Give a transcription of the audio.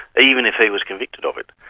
even if he was convicted of it,